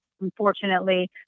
unfortunately